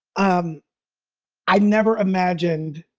um i never imagined,